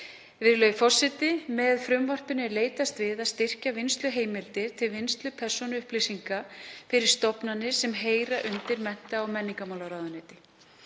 Með frumvarpinu er leitast við að styrkja vinnsluheimildir til vinnslu persónuupplýsinga fyrir stofnanir sem heyra undir mennta- og menningarmálaráðuneyti.